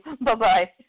Bye-bye